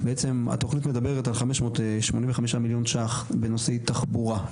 בעצם התכנית מדברת על חמש מאות שמונים וחמישה מיליון ₪ בנושא תחבורה.